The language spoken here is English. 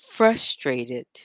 Frustrated